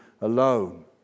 alone